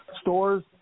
stores